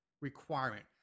requirement